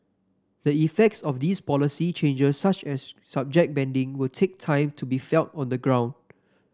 the effects of these policy changes such as subject banding will take time to be felt on the ground